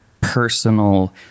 personal